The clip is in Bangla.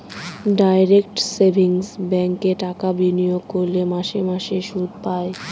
ডাইরেক্ট সেভিংস ব্যাঙ্কে টাকা বিনিয়োগ করলে মাসে মাসে সুদ পায়